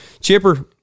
Chipper